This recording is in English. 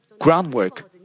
groundwork